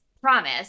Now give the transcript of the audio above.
promise